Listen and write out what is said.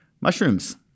Mushrooms